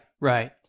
right